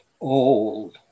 old